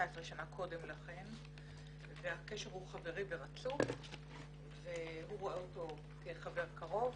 שנה קודם לכן והקשר הוא חברי ורצוף והוא רואה אותו כחבר קרוב,